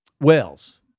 Wales